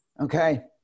Okay